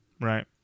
Right